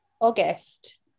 August